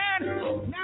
Now